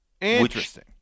Interesting